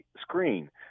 screen